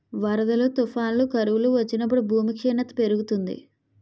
వరదలు, తుఫానులు, కరువులు వచ్చినప్పుడు భూమి క్షీణత పెరుగుతుంది